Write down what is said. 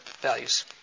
values